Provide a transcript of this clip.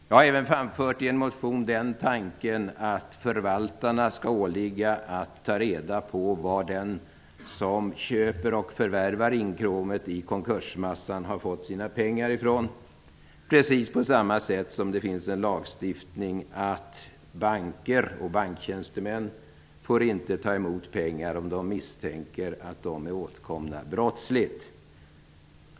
Jag har i en motion framfört tanken att det skall åligga förvaltarna att ta reda på var den som köper och förvärvar inkråmet i konkursmassan har fått sina pengar från, precis på samma sätt som det finns en lagstiftning att banker och banktjänstemän inte får ta emot pengar om det finns misstankar om att de är brottsligt åtkomna.